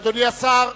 אדוני השר,